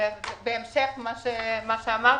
בהמשך למה שאמרתם.